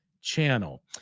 channel